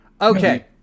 Okay